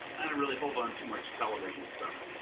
i don't really hold on too much television stuff.